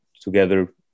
together